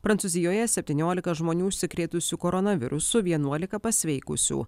prancūzijoje septyniolika žmonių užsikrėtusių koronavirusu vienuolika pasveikusių